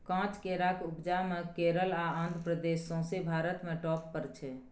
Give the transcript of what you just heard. काँच केराक उपजा मे केरल आ आंध्र प्रदेश सौंसे भारत मे टाँप पर छै